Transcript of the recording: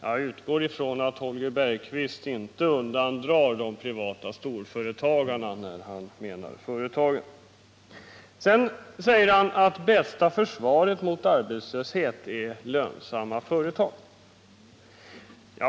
Jag utgår från att Holger Bergqvist inte undantar de privata storföretagarna när han talar om företagen. Sedan säger Holger Bergqvist att bästa försvaret mot arbetslöshet är lönsamma företag.